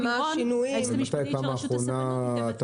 היועצת המשפטית של רשות הספנות.